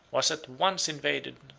was at once invaded,